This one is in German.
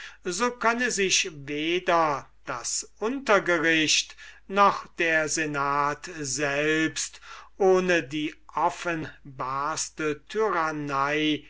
so könne sich weder das untergericht noch der senat selbst ohne die offenbarste tyrannie